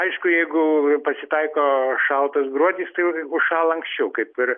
aišku jeigu pasitaiko šaltas gruodis tai u užšąla anksčiau kaip ir